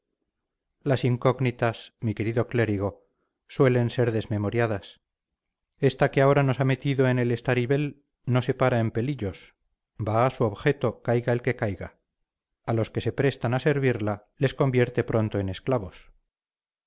las incógnitas mi querido clérigo suelen ser desmemoriadas esta que ahora nos ha metido en el estaribel no se para en pelillos va a su objeto caiga el que caiga a los que se prestan a servirla les convierte pronto en esclavos